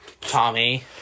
Tommy